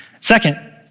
Second